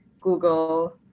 Google